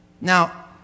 Now